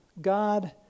God